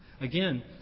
Again